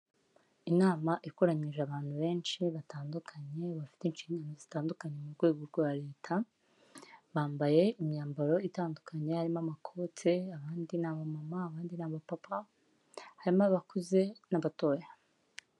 Inama ikoranyije abantu benshi batandukanye bafite inshingano zitandukanye mu rwego rwa leta bambaye imyambaro itandukanye harimo amakote abandi na mama, abandi ni abapapa, harimo abakuze n'abatoya.